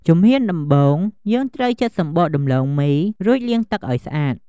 ជំហានដំបូង យើងត្រូវចិតសំបកដំឡូងមី រួចលាងទឹកឱ្យស្អាត។